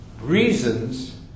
reasons